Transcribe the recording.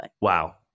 Wow